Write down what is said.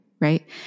Right